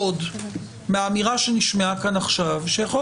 מאוד מהאמירה שנשמעה כאן עכשיו שיכול